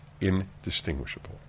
Indistinguishable